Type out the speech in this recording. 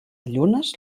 llunes